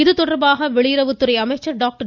இதுதொடர்பாக வெளியறவுத்துறை அமைச்சர் டாக்டர்